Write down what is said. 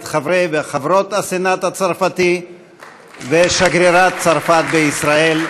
את חברי וחברות הסנאט הצרפתי ושגרירת צרפת בישראל.